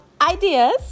ideas